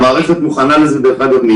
כל מערכת החינוך ערוכה לזה מיולי.